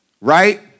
Right